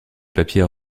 papier